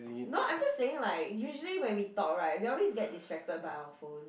no I'm just saying like usually when we talk right we always get distracted by our phone